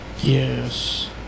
Yes